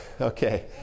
Okay